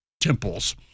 temples